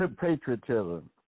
patriotism